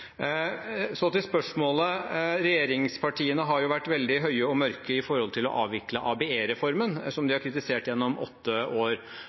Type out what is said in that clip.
Så til spørsmålet: Regjeringspartiene har vært veldig høye og mørke når det gjelder å avvikle ABE-reformen, som de har kritisert gjennom åtte år.